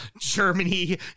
Germany